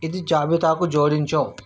ఇది జాబితాకు జోడించు